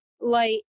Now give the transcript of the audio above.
light